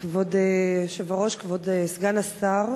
כבוד היושב-ראש, כבוד סגן השר,